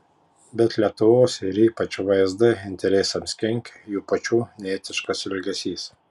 bet lietuvos ir ypač vsd interesams kenkia jų pačių neetiškas elgesys